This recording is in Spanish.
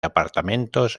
apartamentos